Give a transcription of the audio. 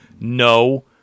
No